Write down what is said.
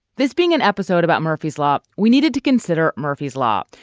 this being an episode about murphy's law. we needed to consider murphy's law,